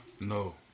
No